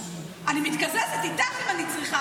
חברת הכנסת יסמין פרידמן,